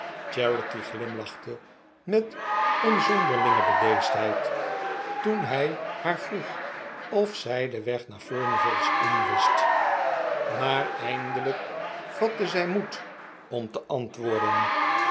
charity glimlachte met een zonderlinge bedeesdheid toen hij haar vroeg of zij den weg naar furnival's inn wist maar eindelijk vatte zij charity en mercy moed om te antwoorddenr